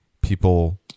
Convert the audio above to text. people